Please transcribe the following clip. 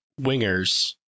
wingers